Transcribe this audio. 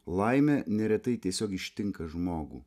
laimė neretai tiesiog ištinka žmogų